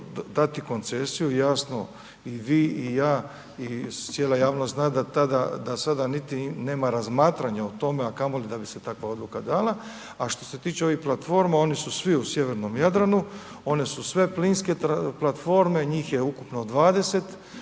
dati u koncesiju. Jasno i vi i ja i cijela javnost zna da tada, da sada nema razmatranja o tome, a kamoli da bi se takva odluka dala. A što se tiče ovih platforma oni su svi u sjevernom Jadranu. One su sve plinske platforme. Njim je ukupno 20.